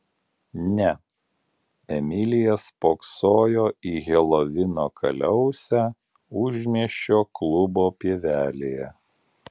ne emilija spoksojo į helovino kaliausę užmiesčio klubo pievelėje